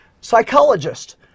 psychologist